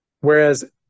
Whereas